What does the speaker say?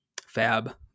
fab